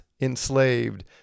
enslaved